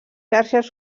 xarxes